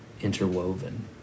interwoven